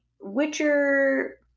witcher